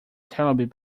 terribly